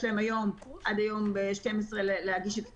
יש להם עד היום ב-12:00 להגיש את טענותיהם.